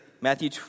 Matthew